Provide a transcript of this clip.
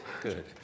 good